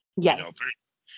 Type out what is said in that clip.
Yes